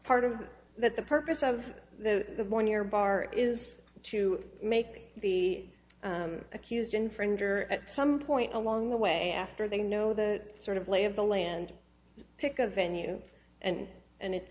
part of that the purpose of the more near bar is to make the accused infringer at some point along the way after they know the sort of lay of the land pick a venue and and it's